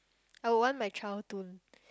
I would want my child to